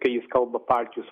kai jis kalba partijos